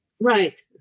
Right